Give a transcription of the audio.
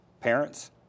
parents